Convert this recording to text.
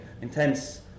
intense